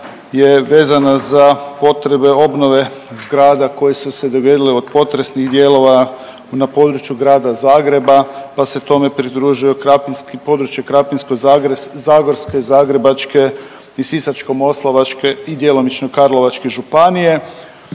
je vezana za potrebe obnove zgrada koje su se dogodile od potresnih dijelova na području Grada Zagreba pa se tome pridružio područje Krapinsko-zagorske, Zagrebačke i Sisačko-moslavačke i djelomično Karlovačke županije